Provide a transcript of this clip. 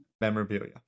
memorabilia